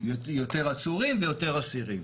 יותר עצורים ויותר אסירים.